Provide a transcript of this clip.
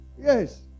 Yes